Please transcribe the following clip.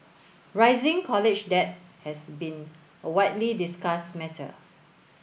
rising college debt has been a widely discussed matter